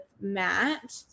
Matt